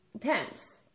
tense